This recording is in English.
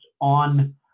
on